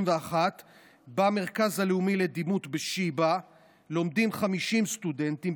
במרכז הלאומי לדימות בשיבא לומדים 50 סטודנטים,